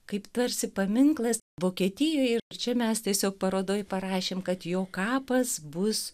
kaip tarsi paminklas vokietijoj ir čia mes tiesiog parodoj parašėm kad jo kapas bus